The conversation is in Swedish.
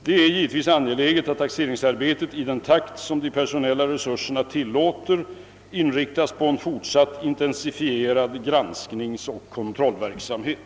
Det är givetvis angeläget att taxeringsarbetet, i den takt som de personella resurserna tillåter, inriktas på en fortsatt intensifierad granskningsoch kontrollverksamhet.